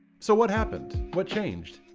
so what happened, what changed?